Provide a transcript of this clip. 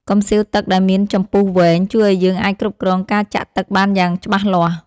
កំសៀវទឹកដែលមានចំពុះវែង ជួយឱ្យយើងអាចគ្រប់គ្រងការចាក់ទឹកបានយ៉ាងច្បាស់លាស់។